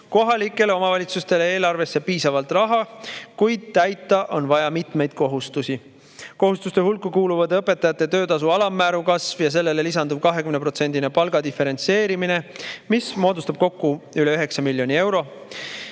kohalikele omavalitsustele eelarvesse piisavalt raha, kuid täita on vaja mitmeid kohustusi. Kohustusi [suurendavad] õpetajate töötasu alammäära kasv ja sellele lisanduv 20%-line palga diferentseerimine, mis moodustab kokku üle 9 miljoni euro,